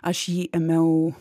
aš jį ėmiau